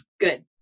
Good